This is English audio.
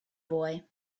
boy